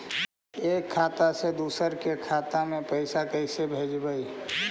एक खाता से दुसर के खाता में पैसा कैसे भेजबइ?